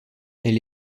elle